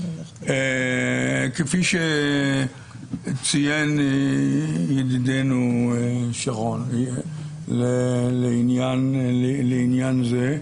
כפי שציין ידידנו שרון לעניין זה,